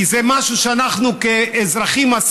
כי זה משהו שאנחנו עשינו כאזרחים.